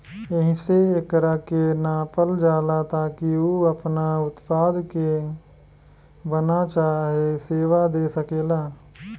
एहिसे एकरा के नापल जाला ताकि उ आपना उत्पाद के बना चाहे सेवा दे सकेला